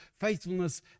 faithfulness